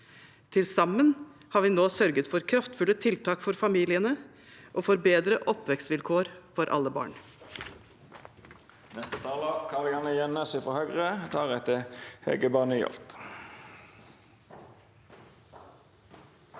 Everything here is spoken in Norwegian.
Til sammen har vi nå sørget for kraftfulle tiltak for familiene og for bedre oppvekstvilkår for alle barn.